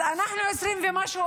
אז אנחנו 20% ומשהו,